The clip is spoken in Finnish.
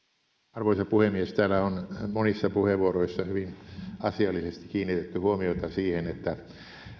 arvoisa puhemies täällä on monissa puheenvuoroissa hyvin asiallisesti kiinnitetty huomiota siihen että